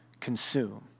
consume